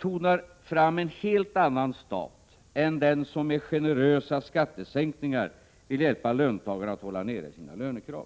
tonar det fram en helt annan stat än den som med generösa skattesänkningar vill hjälpa löntagarna att hålla nere sina lönekrav.